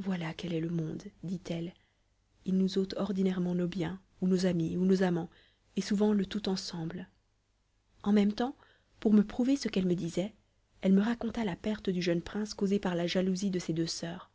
voilà quel est le monde dit-elle il nous ôte ordinairement nos biens ou nos amis ou nos amants et souvent le tout ensemble en même temps pour me prouver ce qu'elle me disait elle me raconta la perte du jeune prince causée par la jalousie de ses deux soeurs